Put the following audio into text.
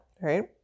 right